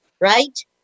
right